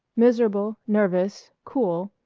miserable, nervous, cool,